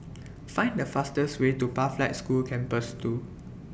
Find The fastest Way to Pathlight School Campus two